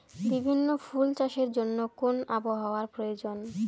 বিভিন্ন ফুল চাষের জন্য কোন আবহাওয়ার প্রয়োজন?